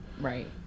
Right